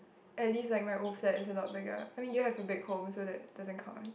at least like my old flat is not bigger I mean you have to back home so that doesn't count